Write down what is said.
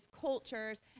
cultures